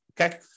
Okay